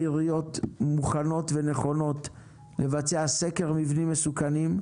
העיריות מוכנות ונכונות לבצע סקר מבנים מסוכנים,